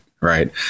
right